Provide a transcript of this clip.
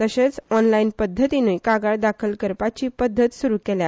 तशेंच ओनलाईन पद्दतीनूय कागाळ दाखल करपाची पद्दत सुरू केल्या